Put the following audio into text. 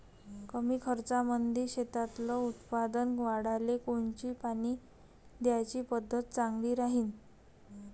कमी खर्चामंदी शेतातलं उत्पादन वाढाले कोनची पानी द्याची पद्धत चांगली राहीन?